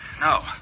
No